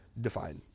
define